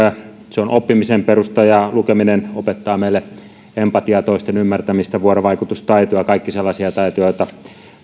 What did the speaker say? se on oppimisen perusta ja lukeminen opettaa meille empatiaa toisten ymmärtämistä vuorovaikutustaitoja kaikki sellaisia taitoja joita